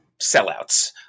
sellouts